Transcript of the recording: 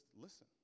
listen